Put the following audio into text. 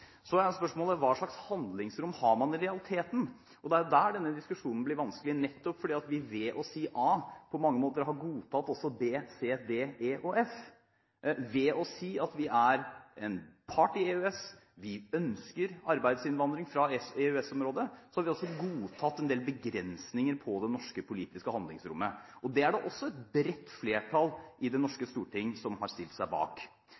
Så er spørsmålet: Hva slags handlingsrom har man i realiteten? Det er der denne diskusjonen blir vanskelig, nettopp fordi vi ved å si A på mange måter har godtatt også B, C, D, E og F. Ved å si at vi er en part i EØS – vi ønsker arbeidsinnvandring fra EØS-området – har vi også godtatt en del begrensninger på det norske politiske handlingsrommet. Det er det også et bredt flertall i det norske storting som har stilt seg bak.